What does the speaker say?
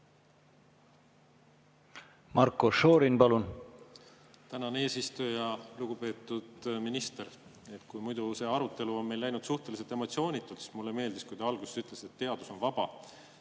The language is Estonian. Marko Šorin, palun! Tänan, eesistuja! Lugupeetud minister! Kui muidu see arutelu on meil läinud suhteliselt emotsioonitult, siis mulle meeldis, kui te alguses ütlesite, et teadus on vaba.